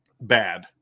bad